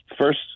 first